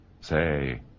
Say